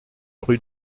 rue